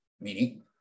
meaning